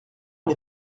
les